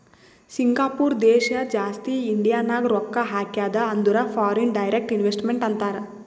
Singapore ದೇಶ ಜಾಸ್ತಿ ಇಂಡಿಯಾನಾಗ್ ರೊಕ್ಕಾ ಹಾಕ್ಯಾದ ಅಂದುರ್ ಫಾರಿನ್ ಡೈರೆಕ್ಟ್ ಇನ್ವೆಸ್ಟ್ಮೆಂಟ್ ಅಂತಾರ್